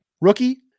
Rookie